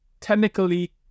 technically